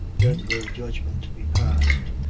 then will judgment be passed,